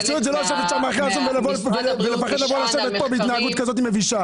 מקצועיות זה לא לשבת שם מאחורי השולחן ולהתנהג התנהגות כל כך מבישה,